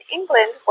England